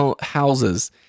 houses